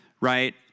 right